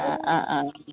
അ അ